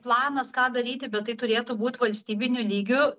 planas ką daryti bet tai turėtų būt valstybiniu lygiu